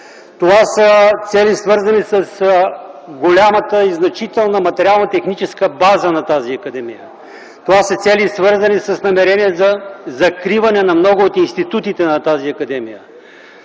Това са цели, свързани с голямата и значителна материално-техническа база на тази академия. Това са цели, свързани с намерения за закриване на много от институтите на тази академия.